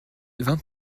vingt